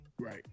Right